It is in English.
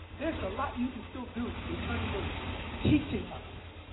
there's a lot you can still do in terms of teaching us,